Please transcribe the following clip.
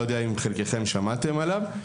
לא יודע אם חלקכם שמעתם עליו,